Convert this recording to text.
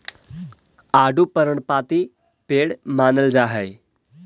आडू पर्णपाती पेड़ मानल जा हई